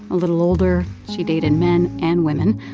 a little older, she dated men and women.